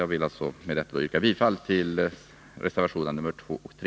Jag vill med detta yrka bifall till reservationerna 2 och 3.